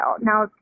Now